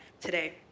today